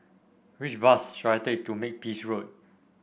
which bus should I take to Makepeace Road